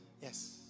Yes